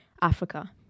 Africa